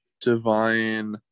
divine